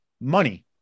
money